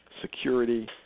security